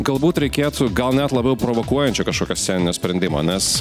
galbūt reikėtų gal net labiau provokuojančio kažkokio sceninio sprendimo nes